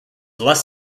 less